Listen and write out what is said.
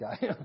guy